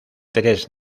tres